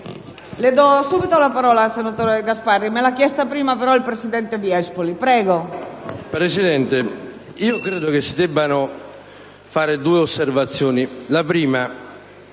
Presidente, credo che si debbano fare due osservazioni.